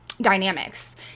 dynamics